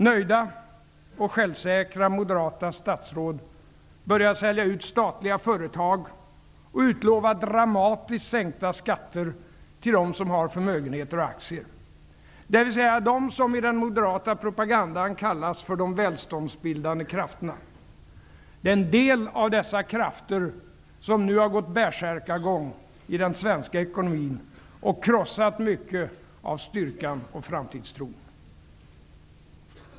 Nöjda och självsäkra moderata statsråd började sälja ut statliga företag och utlova dramatiskt sänkta skatter till dem som har förmögenheter och aktier, dvs. de som i den moderata propagandan kallas för de välståndsbildande krafterna. Det är en del av dessa krafter som nu har gått bärsärkagång i den svenska ekonomin och krossat mycket av styrkan och framtidstron.